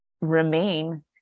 remain